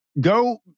go